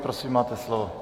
Prosím, máte slovo.